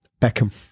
Beckham